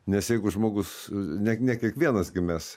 nes jeigu žmogus ne ne kiekvienas gi mes